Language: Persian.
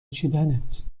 چیدنت